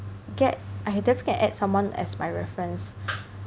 get I definitely can add someone as my reference